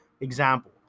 Example